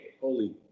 Holy